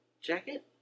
jacket